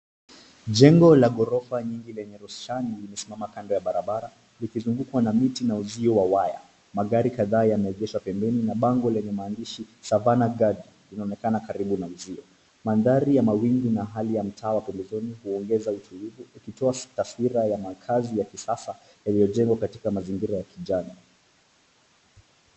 Jengo la ghorofa nyingi lenye roshani limesimama kando ya barabara likizungukwa na miti na uzio wa waya. Magari kadhaa yameegeshwa pembeni na bango lenye maandishi savannah gardens unaonekana karibu na uzio. Mandhari ya mawingu na hali ya mtaa wa pembezoni huongeza utiulivu, ukitoa taswira ya makaazi ya kisasa yenye jengo katika mazingira ya kijani.